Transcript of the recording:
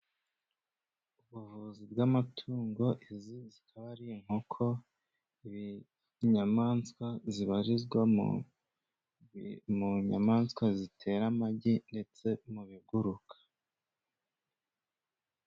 Ubuvuzi bw'amatungo, izi zikaba ari inkoko inyamaswa zibarizwamo. Ziri mu nyamaswa zitera amagi, ndetse mu biguruka.